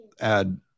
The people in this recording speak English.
add